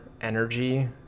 energy